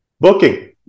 Booking